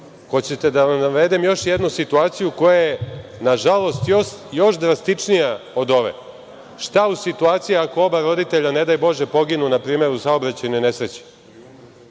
Hoćete da vam navedem još jednu situaciju koja je nažalost još drastičnija od ove. Šta u situaciji ako oba roditelja, ne daj Bože, poginu na primer, u saobraćajnoj nesreći?